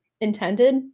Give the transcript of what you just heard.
intended